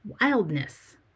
wildness